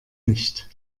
nicht